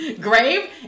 grave